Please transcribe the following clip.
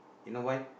you know why